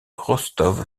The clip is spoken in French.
rostov